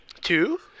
Two